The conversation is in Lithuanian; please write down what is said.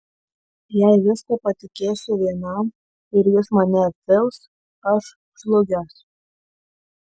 jei viską patikėsiu vienam ir jis mane apvils aš žlugęs